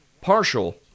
partial